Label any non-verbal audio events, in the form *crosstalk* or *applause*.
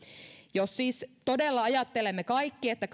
jos siis todella ajattelemme kaikki että *unintelligible*